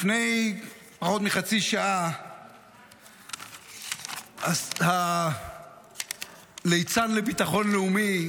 לפני פחות מחצי שעה הליצן לביטחון לאומי,